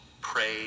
Pray